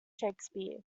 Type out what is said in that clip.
shakespeare